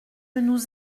nous